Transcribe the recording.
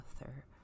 author